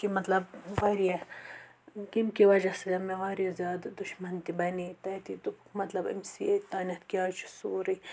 کہِ مطلب واریاہ ییٚمہِ کہِ وجہ سۭتۍ مےٚ واریاہ زیادٕ دُشمَن تہِ بَنےٚ مطلب أمِس ییٚتہِ تامَتھ کیازِ چھُ سورُے